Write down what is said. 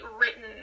written